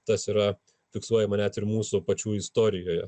tas yra fiksuojama net ir mūsų pačių istorijoje